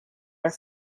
are